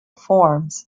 forms